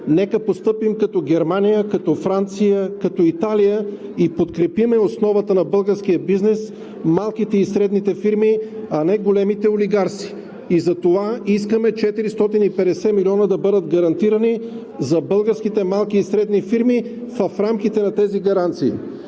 Нека да постъпим като Германия, като Франция, като Италия и подкрепим основата на българския бизнес – малките и средните фирми, а не големите олигарски. Затова искаме 450 милиона да бъдат гарантирани за българските малки и средни фирми в рамките на тези гаранции.